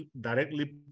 directly